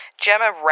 Gemma